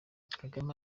kagame